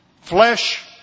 Flesh